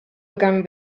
begangen